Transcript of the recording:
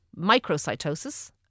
microcytosis